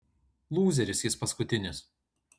lūzeris jis paskutinis